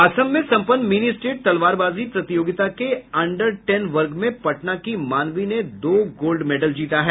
असम में सम्पन्न mini state तलवारबाजी प्रतियोगिता के अंडर टेन वर्ग में पटना की मानवी ने दो गोल्ड मैडल जीता है